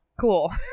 Cool